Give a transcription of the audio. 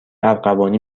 ارغوانی